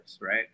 right